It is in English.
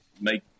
make